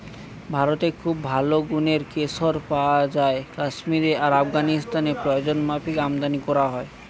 ভারতে খুব ভালো গুনের কেশর পায়া যায় কাশ্মীরে আর আফগানিস্তানে প্রয়োজনমাফিক আমদানী কোরা হয়